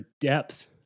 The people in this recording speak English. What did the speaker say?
depth